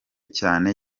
cyane